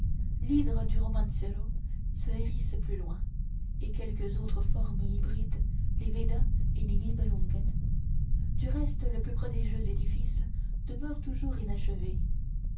l'hydre du romancero se hérisse plus loin et quelques autres formes hybrides les védas et les niebelungen du reste le prodigieux édifice demeure toujours inachevé